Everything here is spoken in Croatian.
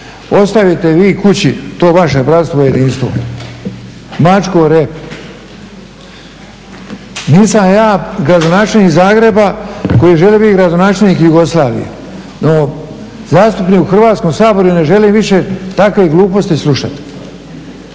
Ostavite vi kući to vaše bratstvo i jedinstvo, mačku o rep. Nisam ja gradonačelnik Zagreba koji želi biti gradonačelnik Jugoslavije. No zastupnik u Hrvatskom saboru i ne želim više takve gluposti slušati.